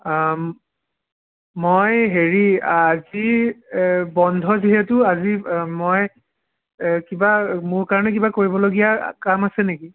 মই হেৰি আজি বন্ধ যিহেতু আজি মই এ কিবা মোৰ কাৰণে কিবা কৰিবলগীয়া কাম আছে নেকি